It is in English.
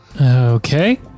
Okay